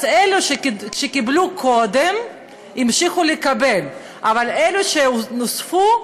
אז אלו שקיבלו קודם המשיכו לקבל, אבל אלו שנוספו,